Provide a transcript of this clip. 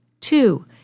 Two